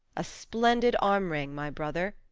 a splendid armring, my brother,